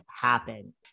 happen